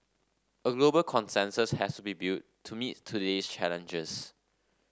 a global consensus has to be built to meet today's challenges